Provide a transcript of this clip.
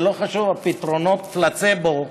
ולא חשוב פתרונות הפלצבו,